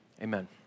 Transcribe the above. amen